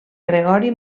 gregori